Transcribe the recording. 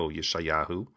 Yeshayahu